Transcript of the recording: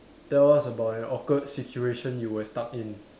tell us about an awkward situation you were stuck in